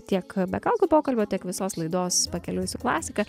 tiek be kaukių pokalbio tiek visos laidos pakeliui su klasika